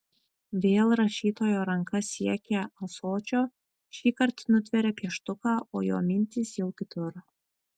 vėl rašytojo ranka siekia ąsočio šįkart nutveria pieštuką o jo mintys jau kitur